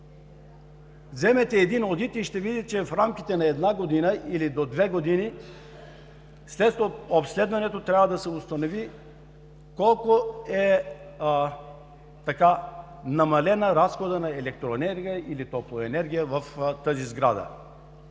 вземете един одит, ще видите, че в рамките на една или до две години след обследването трябва да се установи колко е намален разходът на енергия или топлоенергията в тази сграда,